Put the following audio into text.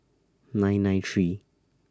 nine nine three